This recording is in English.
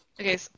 Okay